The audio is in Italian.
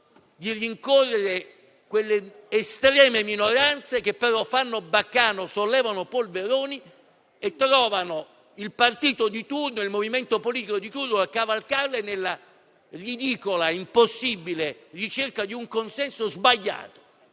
di rincorrere quelle estreme minoranze che però fanno baccano, sollevano polveroni e trovano il partito di turno o il movimento politico di turno a cavalcarle, nella ridicola, impossibile, ricerca di un consenso sbagliato.